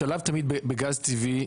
השלב תמיד בגז טבעי,